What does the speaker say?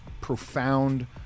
profound